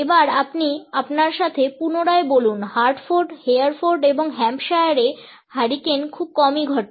এবার আপনি আপনার সাথে পুনরায় বলুন হার্টফোর্ড হেয়ারফোর্ড এবং হ্যাম্পশায়ারে হারিকেন খুব কমই ঘটে